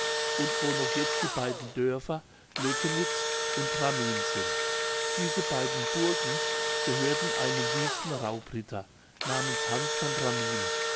und wo noch jetzt die beiden dörfer lökenitz und ramin sind diese beiden burgen gehörten einem wüsten raubritter namens hans von ramin